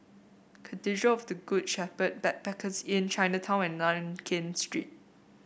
Cathedral of the Good Shepherd Backpackers Inn Chinatown and Nankin Street